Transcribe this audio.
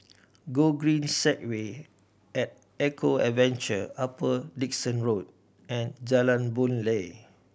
Gogreen Segway At Eco Adventure Upper Dickson Road and Jalan Boon Lay